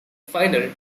final